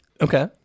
Okay